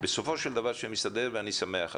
בסופו של דבר זה מסתדר, אז